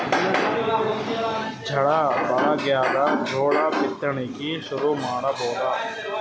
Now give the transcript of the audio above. ಝಳಾ ಭಾಳಾಗ್ಯಾದ, ಜೋಳ ಬಿತ್ತಣಿಕಿ ಶುರು ಮಾಡಬೋದ?